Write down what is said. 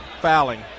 fouling